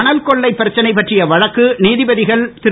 மணல் கொள்ளை பிரச்சனை பற்றிய வழக்கு நீதிபதிகள் திரு